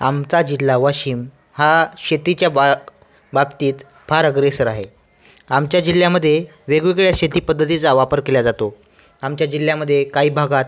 आमचा जिल्हा वाशिम हा शेतीच्या बा बाबतीत फार अग्रेसर आहे आमच्या जिल्ह्यामध्ये वेगवेगळ्या शेतीपद्धतीचा वापर केला जातो आमच्या जिल्ह्यामध्ये काही भागात